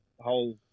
whole